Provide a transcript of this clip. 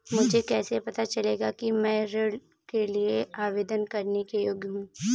मुझे कैसे पता चलेगा कि मैं ऋण के लिए आवेदन करने के योग्य हूँ?